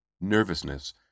Nervousness